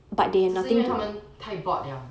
这是因为他们太 bored liao